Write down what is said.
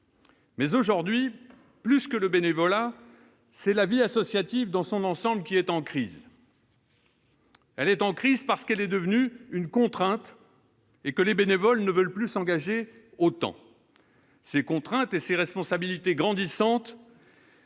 mais aujourd'hui, plus que le bénévolat, c'est la vie associative dans son ensemble qui est en crise, parce qu'elle est devenue une contrainte et parce que les bénévoles ne veulent plus s'engager autant. Cette contrainte et ces responsabilités grandissantes